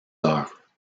heures